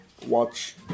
watch